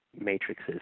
matrices